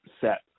set